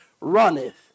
runneth